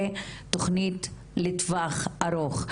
ותכנית לטווח ארוך.